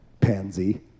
Pansy